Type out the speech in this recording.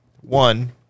one